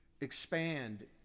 Expand